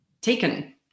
taken